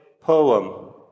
poem